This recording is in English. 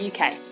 UK